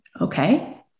Okay